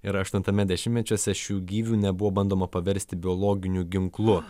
ir aštuntame dešimtmečiuose šių gyvių nebuvo bandoma paversti biologiniu ginklu